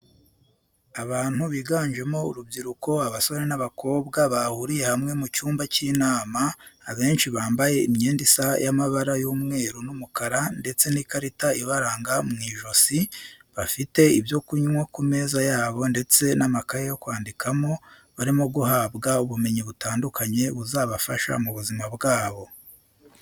Abantu biganjemo urubyiruko abasore n'abakobwa bahuriye hamwe mu cyumba cy'inama, abenshi bambaye imyenda isa y'amabara y'umweru n'umukara ndetse n'ikarita ibaranga mu ijosi, bafite ibyo kunywa ku meza yabo ndetse n'amakaye yo kwandikamo, barimo guhabwa ubumenyi butandukanye buzabafasha mu buzima bwabo.